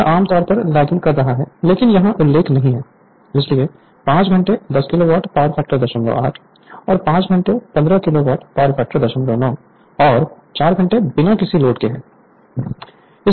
यह आम तौर पर लैगिंग कर रहा है लेकिन यहाँ उल्लेख नहीं है इसलिए 5 घंटे 10 किलोवाट पावर फैक्टर 08 और 5 घंटे 15 किलोवाट पावर फैक्टर 09 और 4 घंटे बिना किसी लोड के है